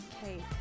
cake